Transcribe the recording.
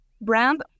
brand